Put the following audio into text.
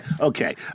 Okay